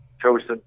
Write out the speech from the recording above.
chosen